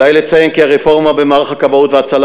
עלי לציין כי הרפורמה במערך הכבאות וההצלה